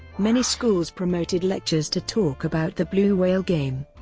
many schools promoted lectures to talk about the blue whale game.